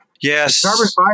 yes